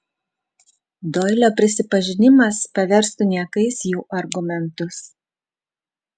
doilio prisipažinimas paverstų niekais jų argumentus